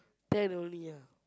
ten only ah